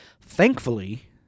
thankfully